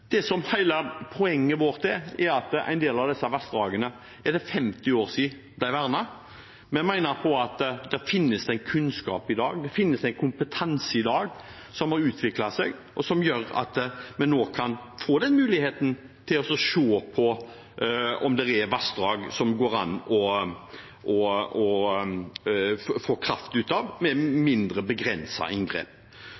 poenget vårt er at når det gjelder en del av disse vassdragene, er det 50 år siden de ble vernet, og vi mener at det finnes en kunnskap og kompetanse i dag som har utviklet seg, og som gjør at vi nå kan få muligheten til å se på om det er vassdrag som det går an å få kraft fra med